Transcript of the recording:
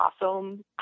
awesome